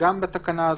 וגם בתקנה הזאת,